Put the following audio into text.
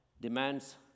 demands